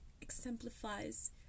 exemplifies